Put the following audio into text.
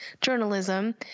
Journalism